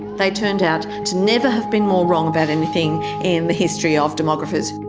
they turned out to never have been more wrong about anything in the history of demographers.